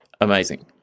amazing